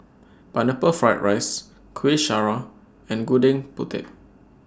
Pineapple Fried Rice Kuih Syara and Gudeg Putih